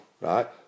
right